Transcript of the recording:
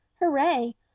Hooray